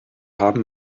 haben